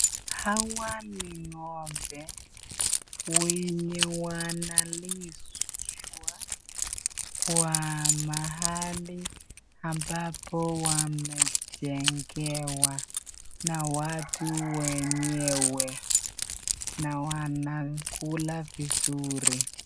Hawa ni ng'ombe wenye wanalishwa mahali ambapo wamejengewa na watu wenyewe, na wanakula vizuri.